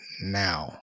now